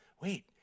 wait